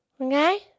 Okay